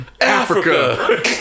Africa